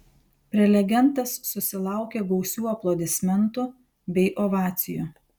prelegentas susilaukė gausių aplodismentų bei ovacijų